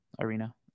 Arena